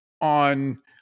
on